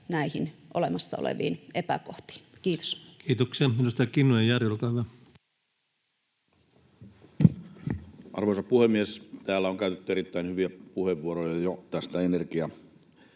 näihin olemassa oleviin epäkohtiin. — Kiitos. Kiitoksia. — Edustaja Kinnunen, Jari, olkaa hyvä. Arvoisa puhemies! Täällä on käytetty jo erittäin hyviä puheenvuoroja tästä